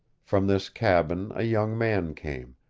from this cabin a young man came,